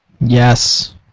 Yes